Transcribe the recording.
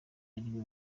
ariwe